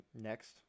Next